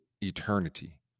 eternity